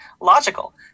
logical